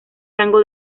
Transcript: rango